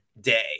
Day